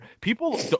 people